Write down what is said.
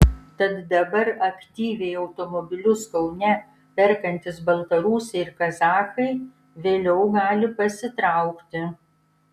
tad dabar aktyviai automobilius kaune perkantys baltarusiai ir kazachai vėliau gali pasitraukti